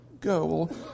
go